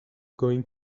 going